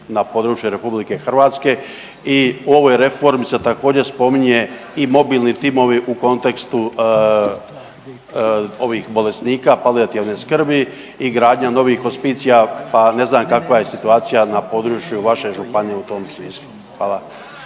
na području Republike Hrvatske. I u ovoj reformi se također spominje i mobilni timovi u kontekstu ovih bolesnika palijativne skrbi i gradnja novih hospicija, pa ne znam kakva je situacija na području vaše županije u tom smislu? Hvala.